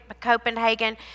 Copenhagen